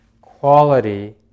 quality